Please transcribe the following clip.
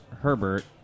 Herbert